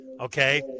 Okay